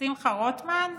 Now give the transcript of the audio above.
ושמחה רוטמן?